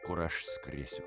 kur aš skrisiu